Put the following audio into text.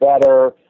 better